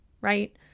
right